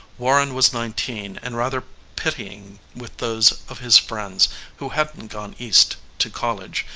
warren was nineteen and rather pitying with those of his friends who hadn't gone east to college.